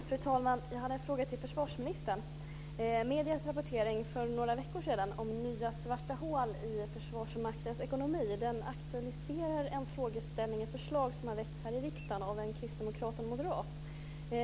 Fru talman! Jag har en fråga till försvarsministern. Mediernas rapportering för några veckor sedan om nya svarta hål i Försvarsmaktens ekonomi aktualiserar en frågeställning och ett förslag som har väckts här i riksdagen av en kristdemokrat och en moderat.